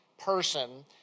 person